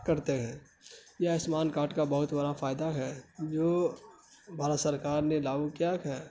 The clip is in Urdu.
کرتے ہیں یہ آیوسمان کارڈ کا بہت برا فائدہ ہے جو بھارت سرکار نے لاگو کیا ہے